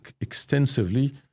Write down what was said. extensively